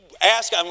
Ask